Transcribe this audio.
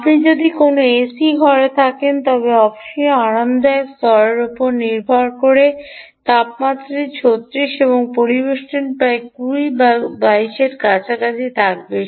আপনি যদি কোনও এসি ঘরে থাকেন তবে অবশ্যই আরামদায়ক স্তরের উপর নির্ভর করে তাপমাত্রাটি 36 এবং পরিবেষ্টনের প্রায় 20 বা 22 এর কাছাকাছি থাকবে